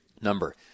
number